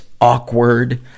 awkward